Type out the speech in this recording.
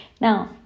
Now